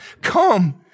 come